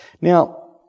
Now